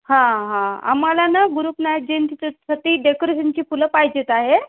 हां हां आम्हाला ना गुरू नानक जयंतीचं साठी डेकोरेशनची फुलं पाहिजे आहेत आहे